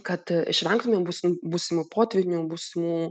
kad išvengtume būsimų potvynių būsimų